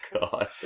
God